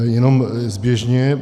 Jenom zběžně.